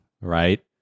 Right